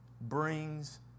brings